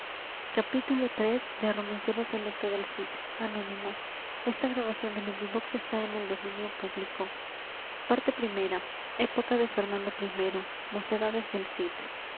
cid parte primera época de fernando primero mocedades del cid